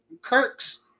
Kirk's